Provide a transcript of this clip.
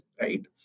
right